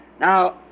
Now